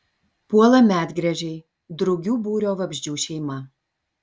puola medgręžiai drugių būrio vabzdžių šeima